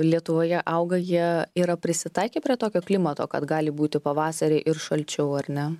lietuvoje auga jie yra prisitaikę prie tokio klimato kad gali būti pavasarį ir šalčiau ar ne